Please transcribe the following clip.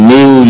New